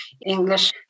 English